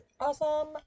awesome